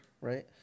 right